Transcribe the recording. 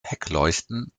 heckleuchten